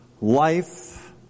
life